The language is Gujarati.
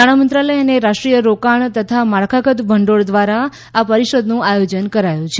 નાણામંત્રાલય અને રાષ્ટ્રીય રોકાણ તથા માળખાગત ભંડોળ દ્વારા આ પરિષદનું આયોજન કરાયું છે